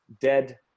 dead